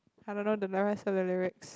I don't know the rest of the lyrics